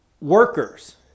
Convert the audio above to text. workers